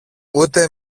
ούτε